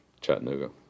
Chattanooga